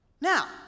Now